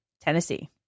Tennessee